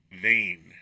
vain